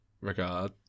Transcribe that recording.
regard